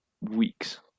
weeks